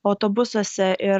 autobusuose ir